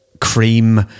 cream